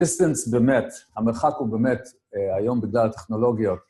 המרחק הוא באמת היום בגלל הטכנולוגיות.